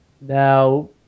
Now